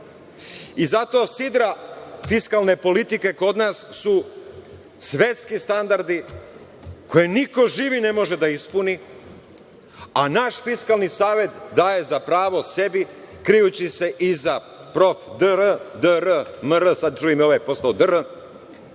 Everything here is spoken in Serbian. Zato sidra fiskalne politike kod nas su svetski standardi koje niko živi ne može da ispuni, a naš Fiskalni savet daje za pravo sebi, krijući se iza prof, dr, mr, sad čujem i ovaj je postao dr,